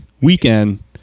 weekend